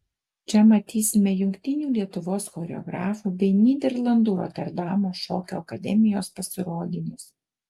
čia matysime jungtinių lietuvos choreografų bei nyderlandų roterdamo šokio akademijos pasirodymus